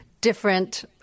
different